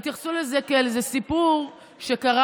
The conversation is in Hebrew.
התייחסו לזה כאל איזה סיפור שקרה,